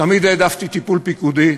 תמיד העדפתי טיפול פיקודי,